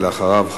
ואחריו,